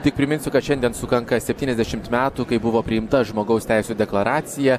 tik priminsiu kad šiandien sukanka septyniasdešimt metų kai buvo priimta žmogaus teisių deklaracija